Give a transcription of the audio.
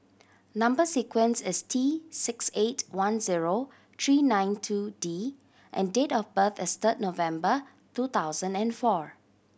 number sequence is T six eight one zero three nine two D and date of birth is third November two thousand and four